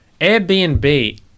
Airbnb